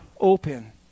open